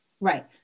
right